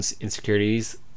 insecurities